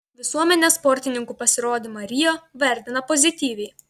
visuomenė sportininkų pasirodymą rio vertina pozityviai